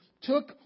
took